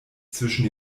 zwischen